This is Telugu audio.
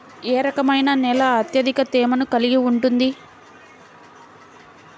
ఏ రకమైన నేల అత్యధిక తేమను కలిగి ఉంటుంది?